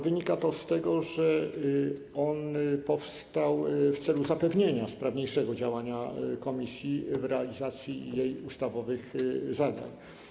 Wynika to z tego, że on powstał w celu zapewnienia sprawniejszego działania komisji na rzecz realizacji jej ustawowych zadań.